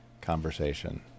conversation